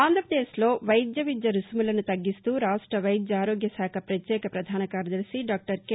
ఆంధ్రప్రదేశ్లో వైద్య విద్య రుసుములను తగ్గిస్తూ రాష్ట్ర వైద్య ఆరోగ్య శాఖ ప్రత్యేక ప్రధాన కార్యదర్శి డాక్టర్ కె